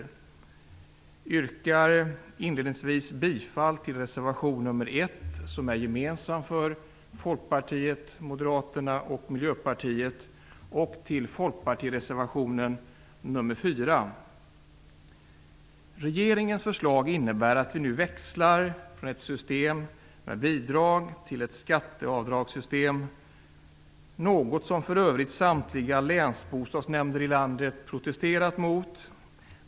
Jag yrkar inledningsvis bifall till reservation nr 1, som är gemensam för Folkpartiet, Moderaterna och Regeringens förslag innebär att vi nu växlar från ett system med bidrag till ett skatteavdragssystem - något som för övrigt samtliga länsbostadsnämnder i landet protesterat mot.